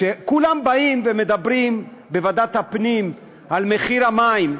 כשכולם באים ומדברים בוועדת הפנים על מחיר המים,